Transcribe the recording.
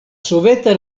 soveta